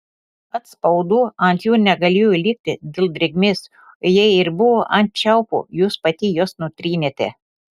atspaudų ant jų negalėjo likti dėl drėgmės o jei ir buvo ant čiaupų jūs pati juos nutrynėte